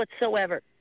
whatsoever